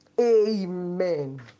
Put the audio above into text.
amen